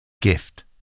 gift